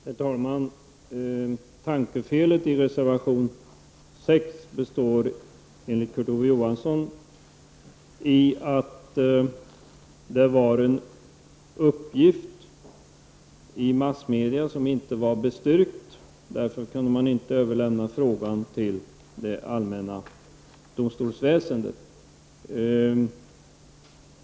Herr talman! Tankefelet i reservation 6 består enligt Kurt Ove Johansson i att det var fråga om en uppgift i massmedia som inte var bestyrkt, och därför kunde frågan inte överlämnas till det allmänna domstolsväsendet.